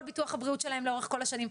ביטוח הבריאות שלהם לאורך כל השנים - תקשיבו,